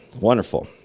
Wonderful